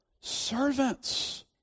servants